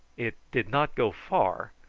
it did not go far,